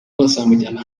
bazamujyana